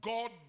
God